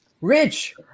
Rich